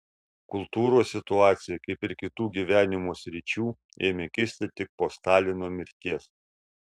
kultūros situacija kaip ir kitų gyvenimo sričių ėmė kisti tik po stalino mirties